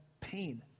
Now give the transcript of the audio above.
pain